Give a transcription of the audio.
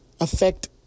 affect